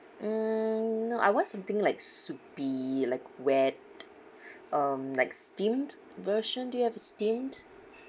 mm no I want something like soup be like wet um like steamed version do you have a steamed